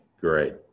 great